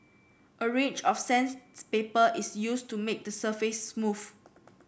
a range of is used to make the surface smooth